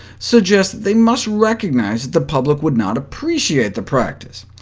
suggests that they must recognize that the public would not appreciate the practice.